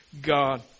God